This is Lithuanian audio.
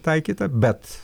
taikyta bet